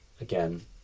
again